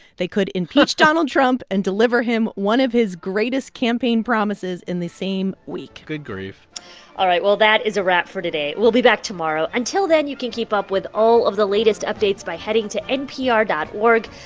they could impeach donald trump and deliver him one of his greatest campaign promises in the same week good grief all right, well, that is a wrap for today. we'll be back tomorrow. until then, you can keep up with all of the latest updates by heading to npr dot org,